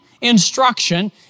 instruction